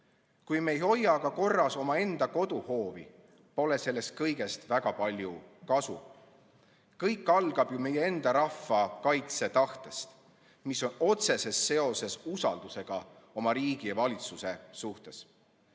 kui me ei hoia korras omaenda koduhoovi, pole sellest kõigest väga palju kasu. Kõik algab ju meie enda rahva kaitsetahtest, mis on otseses seoses usaldusega oma riigi ja valitsuse vastu.